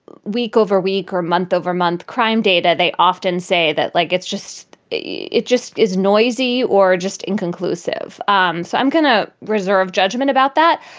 week over week or month over month crime data, they often say that like it's just it just is noisy or just inconclusive. um so i'm going to reserve judgment about that.